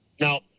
No